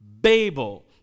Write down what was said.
Babel